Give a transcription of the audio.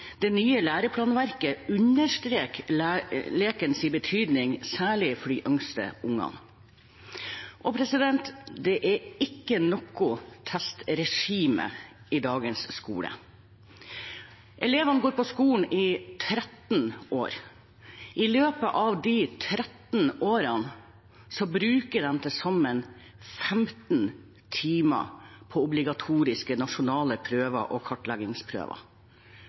Det nye læreplanverket understreker lekens betydning, særlig for de yngste barna. Det er ikke noe testregime i dagens skole. Elevene går på skolen i 13 år. I løpet av de 13 årene bruker de til sammen 15 timer på obligatoriske nasjonale prøver og kartleggingsprøver